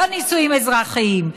לא נישואים אזרחיים,